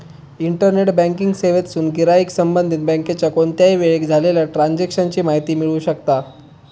internet banking सेवेतसून गिराईक संबंधित बँकेच्या कोणत्याही वेळेक झालेल्या ट्रांजेक्शन ची माहिती मिळवू शकता